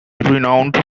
renowned